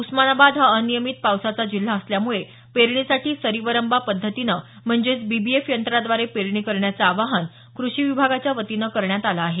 उस्मानाबाद हा अनियमित पावसाचा जिल्हा असल्यामुळे पेरणीसाठी सरी वरंबा पद्धतीनं म्हणजेच बीबीएफ यंत्राद्वारे पेरणी करण्याचं आवाहन कृषी विभागाच्या वतीनं करण्यात आलं आहे